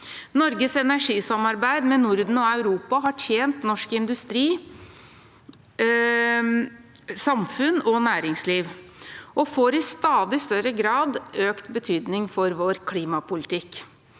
Norges energisamarbeid med Norden og Europa har tjent norsk industri, samfunn og næringsliv og får i stadig større grad økt betydning for vår klimapolitikk.